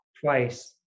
twice